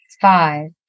five